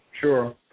sure